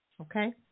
Okay